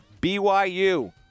BYU